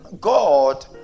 God